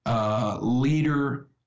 leader